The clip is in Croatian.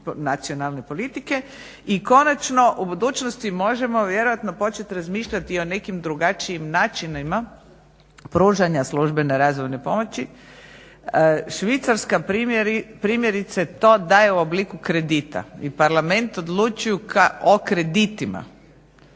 I konačno, u budućnosti možemo vjerojatno početi razmišljati i o nekim drugačijim načinima pružanja službene razvojne pomoći. Švicarska primjerice to daje u obliku kredita i Parlament odlučuje o kreditima